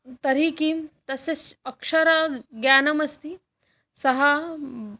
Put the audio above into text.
तर्हि किं तस्य स् अक्षरज्ञानमस्ति सः